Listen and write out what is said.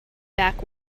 back